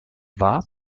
war